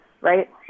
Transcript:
right